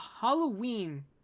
halloween